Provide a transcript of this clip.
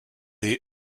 est